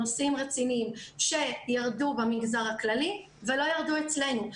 נושאים רציניים שירדו במגזר הכללי ולא ירדו אצלנו.